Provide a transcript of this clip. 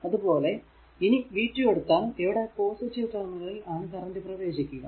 അതുപോലെ ഇനി v2 എടുത്താൽ ഇവിടെ പോസിറ്റീവ് ടെർമിനലിൽ ആണ് കറന്റ് പ്രവേശിക്കുക